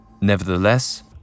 Nevertheless